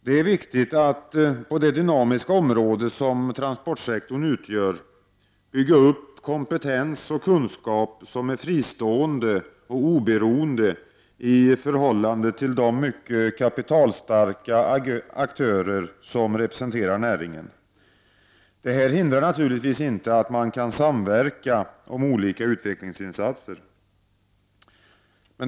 Det är viktigt att på det dynamiska område som transportsektorn utgör bygga upp kompetens och kunskap som är fristående och oberoende i förhållande till de mycket kapitalstarka aktörer som representerar näringen. Det hindrar naturligtvis inte att man samverkar om olika utvecklingsinsatser.